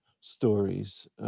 stories